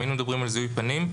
אם היינו מדברים על זיהוי פנים,